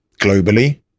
globally